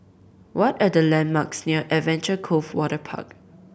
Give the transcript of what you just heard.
what are the landmarks near Adventure Cove Waterpark